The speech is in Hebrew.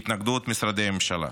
בהתנגדות משרדי הממשלה.